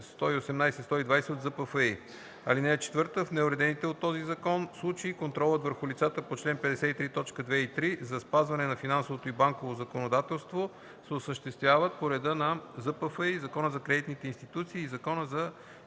118 – 120 от ЗПФИ. (4) В неуредените от този закон случаи контролът върху лицата по чл. 53, т. 2 и 3 за спазването на финансовото и банковото законодателство се осъществява по реда на ЗПФИ, Закона за кредитните институции и Закона срещу